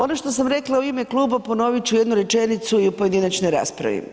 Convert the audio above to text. Ono što sam rekla u ime kluba, ponovit ću jednu rečenicu i u pojedinačnoj raspravi.